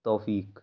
توفیق